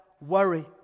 worry